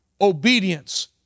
Obedience